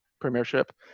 premiership